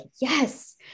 yes